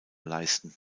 leisten